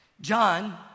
John